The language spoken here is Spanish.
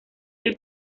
del